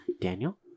Daniel